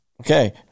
Okay